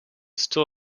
still